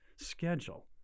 schedule